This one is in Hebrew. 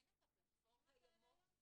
אין את הפלטפורמות האלה היום?